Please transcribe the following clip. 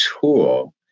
tool